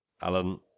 Alan